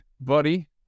buddy